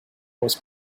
was